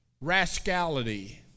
Rascality